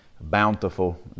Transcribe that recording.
bountiful